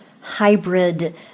hybrid